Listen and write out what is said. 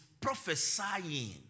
prophesying